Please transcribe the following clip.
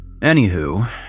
Anywho